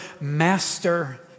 master